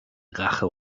rache